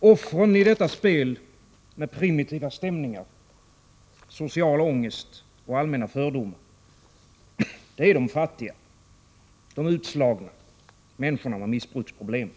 Offren för detta spel med primitiva stämningar, social ångest och allmänna fördomar är de fattiga, de utslagna, människorna med missbruksproblem.